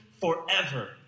forever